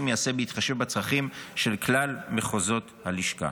ייעשה בהתחשב בצרכים של כלל מחוזות הלשכה.